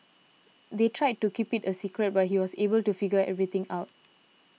they tried to keep it a secret but he was able to figure everything out